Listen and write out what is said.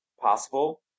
possible